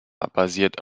basiert